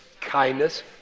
kindness